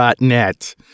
.NET